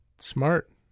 Smart